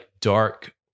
dark